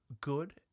good